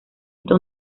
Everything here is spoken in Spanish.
esta